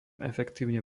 efektívne